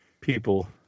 people